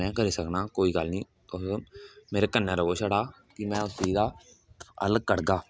में करी सकना कोई गल्ल नेई कम से कम मेरे कन्नै रवो छड़ा कि में उस चीज दा अलग कढगा